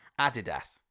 Adidas